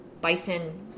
bison